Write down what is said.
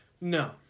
No